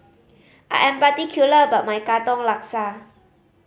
I am particular about my Katong Laksa